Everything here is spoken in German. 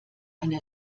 eine